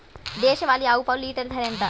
దేశవాలీ ఆవు పాలు లీటరు ధర ఎంత?